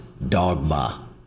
Dogma